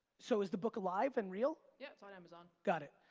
so is the book alive and real? yeah, it's on amazon. got it.